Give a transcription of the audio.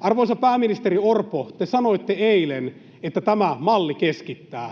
Arvoisa pääministeri Orpo, te sanoitte eilen, että tämä malli keskittää.